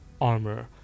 armor